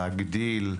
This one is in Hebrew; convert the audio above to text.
להגדיל,